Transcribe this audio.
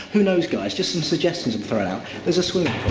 who knows, guys? just some suggestions i'm throwing out. there's a swimming